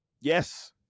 Yes